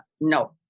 No